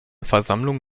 versammlung